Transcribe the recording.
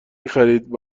میخرید